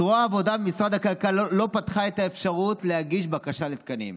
זרוע העבודה במשרד הכלכלה לא פתחה את האפשרות להגיש בקשה לתקנים.